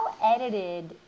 edited